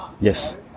Yes